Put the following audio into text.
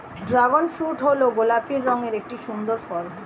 dragon fruit হল গোলাপি রঙের একটি সুন্দর ফল